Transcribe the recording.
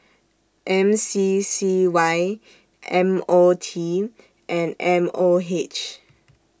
M C C Y M O T and M O H